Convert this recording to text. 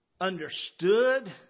understood